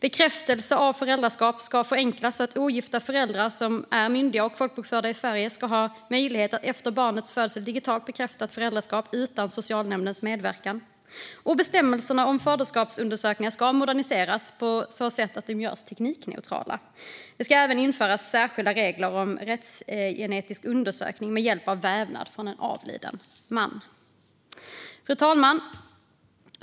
Bekräftelse av föräldraskap ska förenklas så att ogifta föräldrar som är myndiga och folkbokförda i Sverige ska ha möjlighet att efter barnets födelse digitalt bekräfta ett föräldraskap, utan socialnämndens medverkan. Bestämmelserna om faderskapsundersökningar ska moderniseras på så sätt att de görs teknikneutrala. Det ska även införas särskilda regler om rättsgenetisk undersökning med hjälp av vävnad från en avliden man. Fru talman!